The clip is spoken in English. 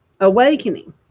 awakening